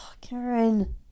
Karen